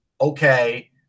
okay